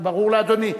זה ברור לאדוני?